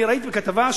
אני ראיתי כתבה,